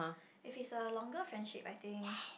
if it's a longer friendship I think